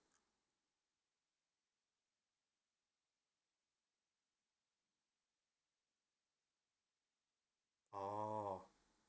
oh